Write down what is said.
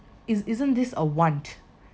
is isn't this a want